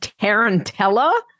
tarantella